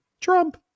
Trump